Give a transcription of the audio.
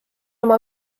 oma